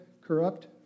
corrupt